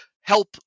help